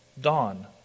dawn